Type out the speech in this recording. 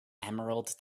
emerald